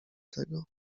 tego